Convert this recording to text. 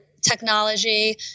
technology